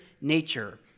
nature